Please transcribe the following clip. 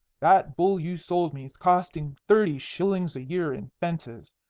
that bull you sold me s costing thirty shillings a year in fences.